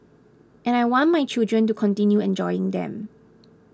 and I want my children to continue enjoying them